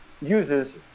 uses